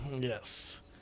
Yes